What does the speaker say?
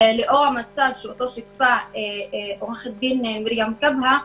לאור המצב שאותו שיתפה עו"ד מרים כהבא,